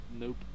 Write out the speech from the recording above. Nope